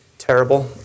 Terrible